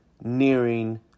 nearing